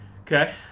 Okay